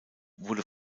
wurde